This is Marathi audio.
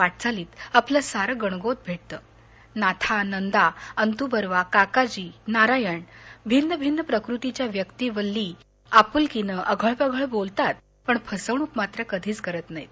वाटचालीत आपलं सार गणगोत भेटतं नाथा नंदा अत्वर्वा काकाजी नारायण भिन्न भिन्न प्रकृतीच्या व्यक्ती वल्ली आपुलकीनं अघळपघळ बोलतात पण फसवणूक मात्र कधीच करत नाहीत